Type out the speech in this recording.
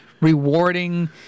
rewarding